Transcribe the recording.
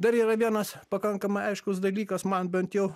dar yra vienas pakankamai aiškus dalykas man bent jau